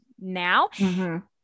now